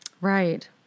Right